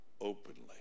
openly